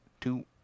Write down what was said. two